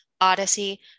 Odyssey